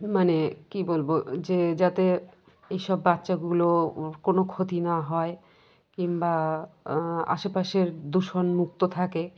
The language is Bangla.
মানে কী বলব যে যাতে এইসব বাচ্চাগুলোর কোনো ক্ষতি না হয় কিংবা আশেপাশে দূষণ মুক্ত থাকে